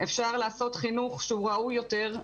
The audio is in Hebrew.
אפשר לעשות חינוך ראוי יותר,